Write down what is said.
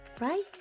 Right